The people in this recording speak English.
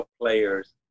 players